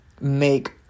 make